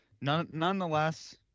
Nonetheless